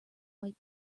white